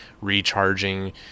recharging